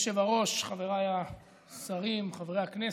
אדוני היושב-ראש, חבריי השרים, חברי הכנסת,